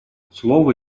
слово